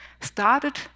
Started